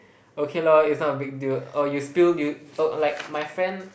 okay lor it's not a big deal oh you still you oh like my friend